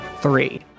Three